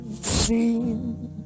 seen